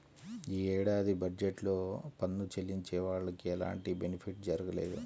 యీ ఏడాది బడ్జెట్ లో పన్ను చెల్లించే వాళ్లకి ఎలాంటి బెనిఫిట్ జరగలేదు